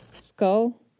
Skull